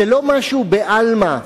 זה לא משהו בעלמא.